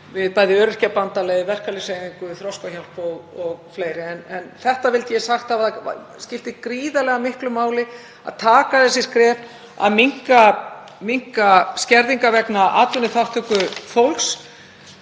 við bæði Öryrkjabandalagið, verkalýðshreyfinguna, Þroskahjálp og fleiri. En þetta vildi ég sagt hafa. Það skiptir gríðarlega miklu máli að taka þessi skref, að minnka skerðingar vegna atvinnuþátttöku fólks